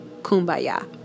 Kumbaya